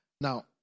Now